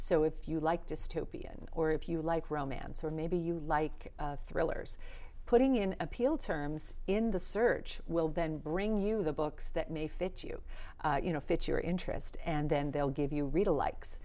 so if you like dystopian or if you like romance or maybe you like thrillers putting in appeal terms in the search will then bring you the books that may fit you you know fit your interest and then they'll give you read alikes